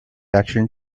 reaction